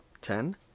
Ten